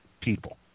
people